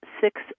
six